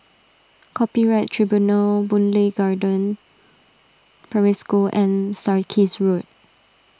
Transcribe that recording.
Copyright Tribunal Boon Lay Garden Primary School and Sarkies Road